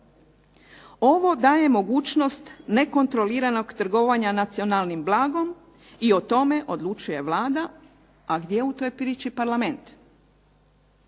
Ovo daje mogućnost nekontroliranog trgovanja nacionalnim blagom i o tome odlučuje Vlada. A gdje je u toj priči Parlament?